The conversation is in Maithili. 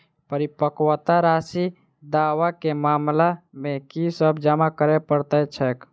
परिपक्वता राशि दावा केँ मामला मे की सब जमा करै पड़तै छैक?